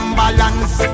balance